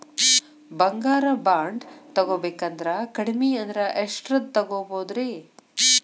ಬಂಗಾರ ಬಾಂಡ್ ತೊಗೋಬೇಕಂದ್ರ ಕಡಮಿ ಅಂದ್ರ ಎಷ್ಟರದ್ ತೊಗೊಬೋದ್ರಿ?